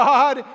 God